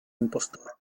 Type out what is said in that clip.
impostor